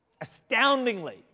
astoundingly